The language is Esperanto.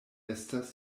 estas